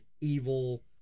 evil